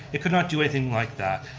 it could not do anything like that.